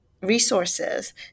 resources